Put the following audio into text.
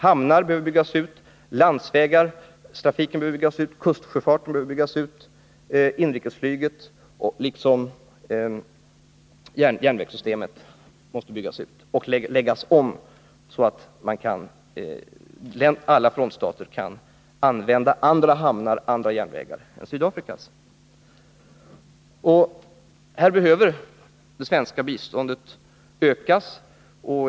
Hamnar, landsvägar, kustsjöfarten, inrikesflyget och järnvägssystemet måste byggas ut och läggas om, så att alla frontstater kan använda andra hamnar och järnvägar än Sydafrikas. Här behöver det svenska biståndet ökas.